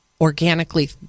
organically